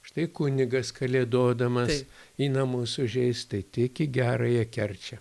štai kunigas kalėdodamas į namus užeis tai tik į gerąją kerčią